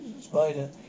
Spider